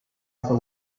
upper